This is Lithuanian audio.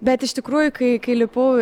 bet iš tikrųjų kai kai lipau